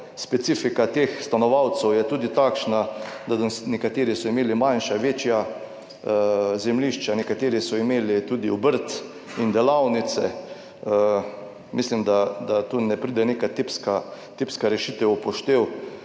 Specifika teh stanovalcev je tudi takšna, da nekateri so imeli manjša, večja zemljišča, nekateri so imeli tudi obrt in delavnice. Mislim, da tu ne pride neka tipska, tipska rešitev v poštev,